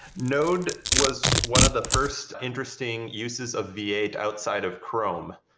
node was one of the first interesting uses of v eight outside of chrome.